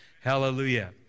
Hallelujah